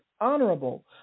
honorable